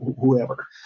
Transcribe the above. whoever